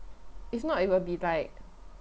if not it will be like